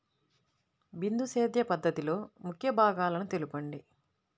బిందు సేద్య పద్ధతిలో ముఖ్య భాగాలను తెలుపండి?